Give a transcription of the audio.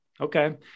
Okay